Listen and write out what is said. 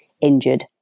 injured